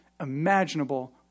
imaginable